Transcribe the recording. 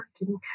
working